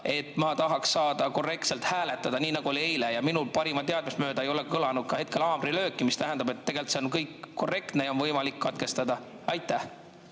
sest ma tahan saada korrektselt hääletada. Nii nagu oli eile. Ja minu parimat teadmist mööda ei ole veel kõlanud haamrilööki, mis tähendab, et tegelikult on kõik korrektne ja on võimalik katkestada. Aitäh!